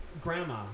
grandma